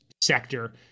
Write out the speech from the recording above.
sector